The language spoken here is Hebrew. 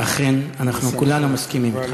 אכן, אנחנו כולנו מסכימים אתך.